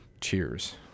cheers